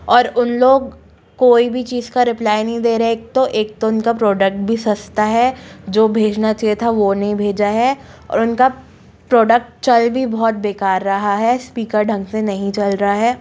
और उन लोग कोई भी चीज़ का रिप्लाई नहीं दे रहें एक तो एक तो उनका प्रोडक्ट भी सस्ता है जो भेजना चाहिए था वो नहीं भेजा है और उनका प्रोडक्ट चल भी बहुत बेकार रहा है स्पीकर ढंग से नहीं चल रहा है